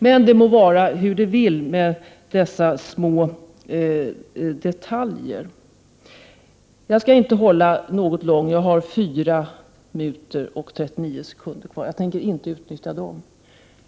Men det må vara hur det vill med dessa små detaljer. Jag skall inte hålla något långt anförande. Jag har 4 minuter och 39 sekunder kvar av min taletid, men jag tänker inte utnyttja hela den tiden.